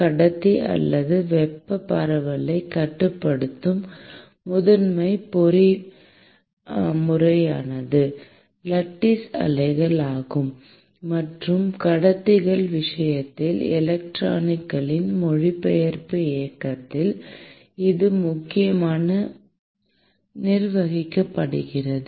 கடத்தி அல்லாத வெப்பப் பரவலைக் கட்டுப்படுத்தும் முதன்மை பொறிமுறையானது லட்டீஸ் அலைகள் ஆகும் மற்றும் கடத்திகளின் விஷயத்தில் எலக்ட்ரான்களின் மொழிபெயர்ப்பு இயக்கத்தால் இது முக்கியமாக நிர்வகிக்கப்படுகிறது